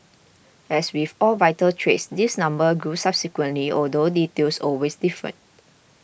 as with all vital trades this number grew subsequently although details always differed